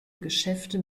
geschäfte